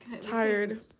tired